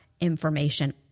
information